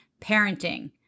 parenting